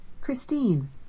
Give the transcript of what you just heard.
Christine